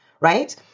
right